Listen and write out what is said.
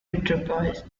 enterprise